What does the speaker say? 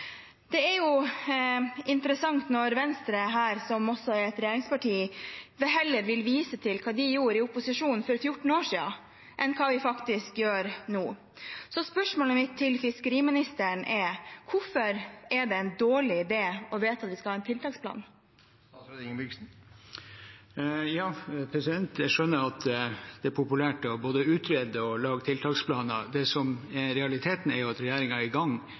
Det er interessant at Venstre, som også er et regjeringsparti, heller vil vise til hva de gjorde i opposisjon for 14 år siden, enn hva de faktisk gjør nå. Spørsmålet mitt til fiskeriministeren er: Hvorfor er det en dårlig idé å vedta at vi skal ha en tiltaksplan? Jeg skjønner at det er populært både å utrede og å lage tiltaksplaner. Det som er realiteten, er at regjeringen er i gang